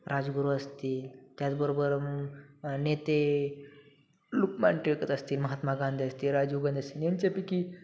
राजगुरू असतील त्याचबरोबर नेते लोकमान्य टिळकच असतील महात्मा गांधी असतील राजीव गांधी असतील यांच्यापैकी